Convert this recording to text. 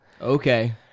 Okay